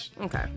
Okay